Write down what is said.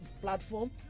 platform